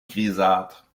grisâtre